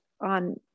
on